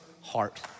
heart